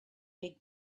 big